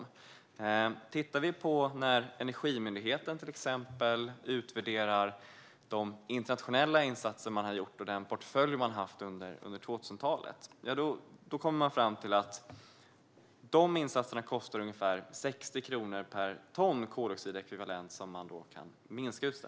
Låt oss exempelvis titta på Energimyndigheten. När man utvärderar de internationella insatser som den har gjort och den portfölj den har haft under 2000-talet kommer man fram till att dessa insatser kostar ungefär 60 kronor per ton koldioxidekvivalenter som utsläppen kan minskas med.